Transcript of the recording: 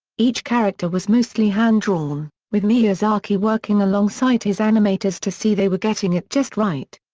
each character was mostly hand-drawn, with miyazaki working alongside his animators to see they were getting it just right.